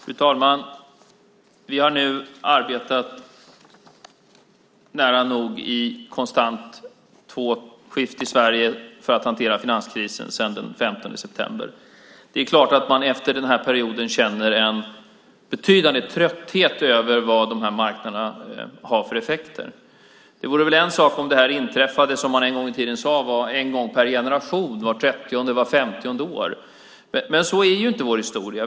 Fru talman! Vi har nu arbetat nära nog i konstant tvåskift i Sverige för att hantera finanskrisen sedan den 15 september. Det är klart att man efter den här perioden känner en betydande trötthet över vad dessa marknader har för effekter. Det vore väl en sak om det här inträffade, som man en gång i tiden sade, en gång per generation, alltså vart trettionde eller vart femtionde år. Men så är inte vår historia.